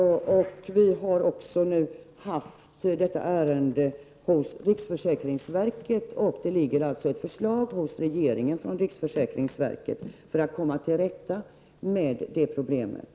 Detta ärende har också varit uppe hos riksförsäkringsverket. Det ligger ett förslag från riksförsäkringsverket hos regeringen som handlar om att komma till rätta med det problemet.